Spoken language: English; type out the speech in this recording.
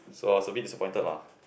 so I was a bit disappointed lah